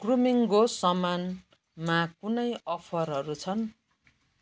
ग्रुमिङ्गको समानमा कुनै अफरहरू छन्